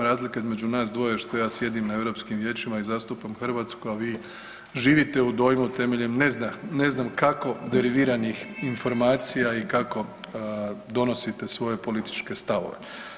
Razlika između nas dvoje je što ja sjedim na europskim vijećima i zastupam Hrvatsku, a vi živite u dojmu temeljem ne znam kako deriviranih informacija i kako donosite svoje političke stavove.